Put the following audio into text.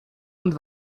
und